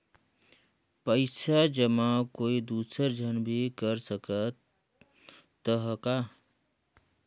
पइसा जमा कोई दुसर झन भी कर सकत त ह का?